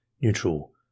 neutral